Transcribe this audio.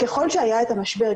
ככל שהיה את המשבר,